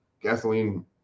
gasoline